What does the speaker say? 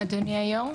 אדוני יושב הראש?